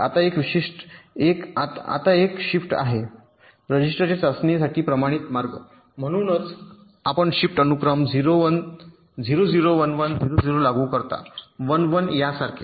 आता एक शिफ्ट रजिस्टरच्या चाचणीसाठी प्रमाणित मार्ग आहे म्हणूनच आपण शिफ्ट अनुक्रम 0 0 1 1 0 0 लागू करता 1 1 यासारखे